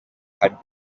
had